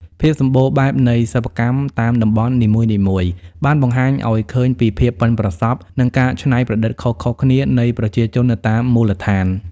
ភាពសម្បូរបែបនៃសិប្បកម្មតាមតំបន់នីមួយៗ បានបង្ហាញឱ្យឃើញពីភាពប៉ិនប្រសប់ និងការច្នៃប្រឌិតខុសៗគ្នានៃប្រជាជននៅតាមមូលដ្ឋាន។